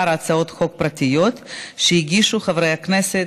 הצעות חוק פרטיות שהגישו חברי הכנסת,